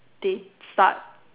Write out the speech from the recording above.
they start